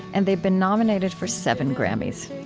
and they've been nominated for seven grammys.